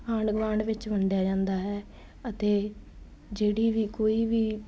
ਆਂਢ ਗੁਆਂਢ ਵਿੱਚ ਵੰਡਿਆ ਜਾਂਦਾ ਹੈ ਅਤੇ ਜਿਹੜੀ ਵੀ ਕੋਈ ਵੀ